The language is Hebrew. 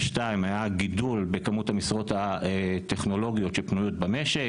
היה גידול בכמות המשרות הטכנולוגיות שפנויות במשק,